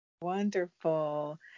Wonderful